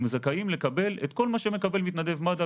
זכאים לקבל את כל מה שמקבל מתנדב מד"א,